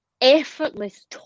effortless